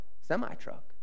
semi-truck